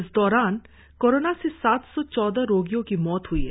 इस दौरान कोरोना से सात सौ चौदह रोगियों की मौत हई है